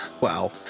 wow